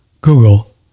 Google